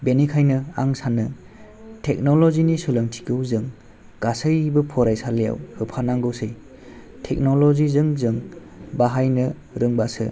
बेनिखायनो आं सानो टेक्नल'जिनि सोलोंथिखौ जों गासैबो फरायसालियाव होफानांसिगौ टेक्नल'जिजों जों बाहायनो रोंबासो